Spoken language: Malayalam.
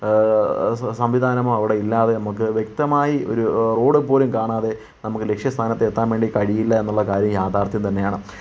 സംവിധാനമോ അവിടെയില്ല വ്യക്തമായി ഒരു റോയ്ഡ്പോലും കാണാതെ നമുക്ക് ലക്ഷ്യ സ്ഥാനത്ത് എത്താൻ വേണ്ടി കഴിയില്ല എന്നുള്ള കാര്യം യാഥാർഥ്യം തന്നെയാണ്